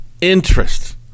interest